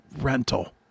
rental